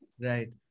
Right